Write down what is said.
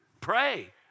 Pray